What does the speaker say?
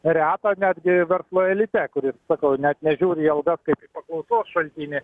reta netgi verslo elite kuris kaip sakau net nežiūri į algas kaip naudos šaltinį